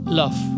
love